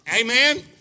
Amen